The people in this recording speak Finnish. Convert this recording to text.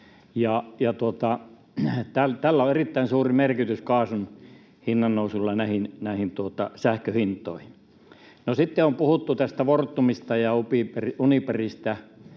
nousulla on erittäin suuri merkitys näihin sähkön hintoihin. No, sitten on puhuttu tästä Fortumista ja Uniperista,